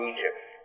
Egypt